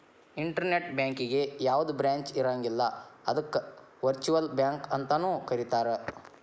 internet ಬ್ಯಾಂಕಿಗೆ ಯಾವ್ದ branch ಇರಂಗಿಲ್ಲ ಅದಕ್ಕ ವರ್ಚುಅಲ್ ಬ್ಯಾಂಕ ಅಂತನು ಕರೇತಾರ